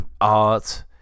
art